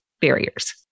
barriers